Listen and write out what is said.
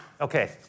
Okay